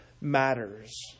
matters